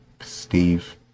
Steve